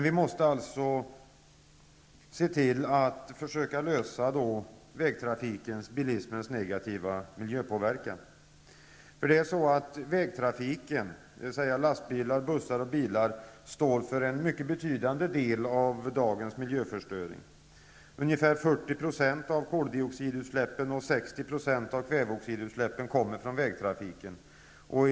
Vi måste alltså försöka hitta en lösning på bilismens negativa miljöpåverkan. Vägtrafiken, dvs. lastbilar, bussar och bilar, står för en mycket betydande del av dagens miljöförstöring. 40 % av koldioxidutsläppen och 60 % av kväveoxidutsläppen kommer från vägtrafiken.